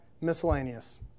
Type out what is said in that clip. miscellaneous